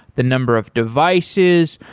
the number of devices,